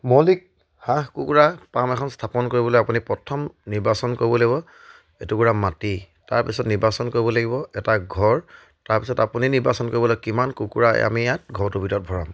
মৌলিক হাঁহ কুকুৰা পাম এখন স্থাপন কৰিবলৈ আপুনি প্ৰথম নিৰ্বাচন কৰিব লাগিব এটুকুৰা মাটি তাৰপিছত নিৰ্বাচন কৰিব লাগিব এটা ঘৰ তাৰপিছত আপুনি নিৰ্বাচন কৰিবলৈ কিমান কুকুৰাই আমি ইয়াত ঘৰটোৰ ভিতৰত ভৰাম